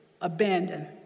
abandoned